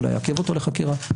אולי יעכב אותו לחקירה?